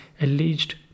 alleged